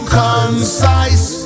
concise